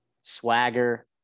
swagger